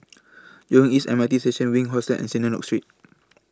East M R T Station Wink Hostel and Synagogue Street